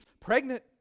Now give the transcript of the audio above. pregnant